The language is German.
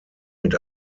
mit